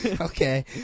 Okay